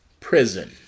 prison